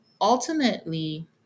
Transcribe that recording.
ultimately